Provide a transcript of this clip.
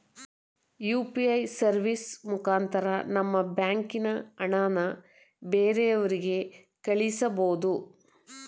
UPA service ಮುಖಾಂತರ ನಮ್ಮ ಬ್ಯಾಂಕಿನ ಹಣನ ಬ್ಯಾರೆವ್ರಿಗೆ ಕಳಿಸ್ಬೋದು